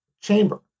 chamber